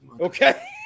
Okay